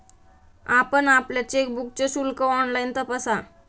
आपण आपल्या चेकबुकचे शुल्क ऑनलाइन तपासा